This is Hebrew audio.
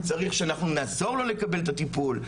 הוא צריך שאנחנו נעזור לקבל את הטיפול.